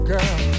Girl